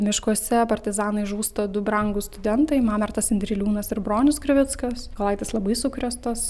miškuose partizanai žūsta du brangūs studentai mamertas indriliūnas ir bronius krivickas mykolaitis labai sukrėstas